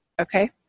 Okay